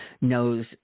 knows